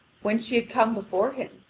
when she had come before him,